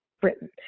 britain